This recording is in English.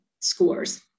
scores